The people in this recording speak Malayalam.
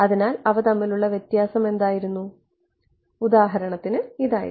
അതിനാൽ അവ തമ്മിലുള്ള വ്യത്യാസം എന്തായിരുന്നു ഉദാഹരണത്തിന് ഇതായിരുന്നു